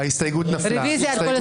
אין ההסתייגות מס'